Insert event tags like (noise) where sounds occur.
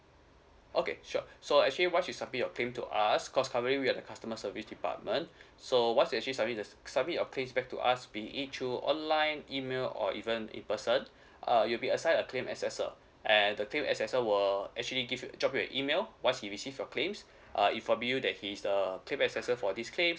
okay sure so actually once you submit your claim to us because currently we at the customer service department so once you actually submit the submit your claim back to us be it through online email or even in person (breath) uh you'll be assign a claim accessor and the claim accessor will actually give you drop you an email once he receive your claims uh if a that his uh claim accessor for this claim